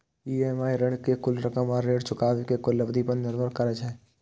EMI ऋण के कुल रकम आ ऋण चुकाबै के कुल अवधि पर निर्भर करै छै